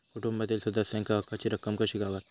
कुटुंबातील सदस्यांका हक्काची रक्कम कशी गावात?